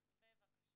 בבקשה.